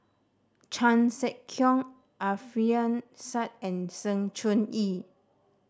Chan Sek Keong Alfian Sa'at and Sng Choon Yee